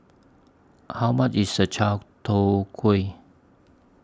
How much IS The Chai Tow Kway